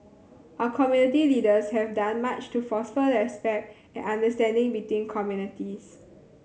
our community leaders have done much to foster respect and understanding between communities